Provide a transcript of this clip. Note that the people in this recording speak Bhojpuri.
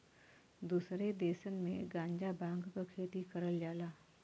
दुसरे देसन में गांजा भांग क खेती करल जाला